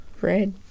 Red